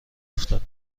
افتاد